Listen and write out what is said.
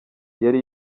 yari